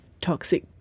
toxic